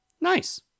Nice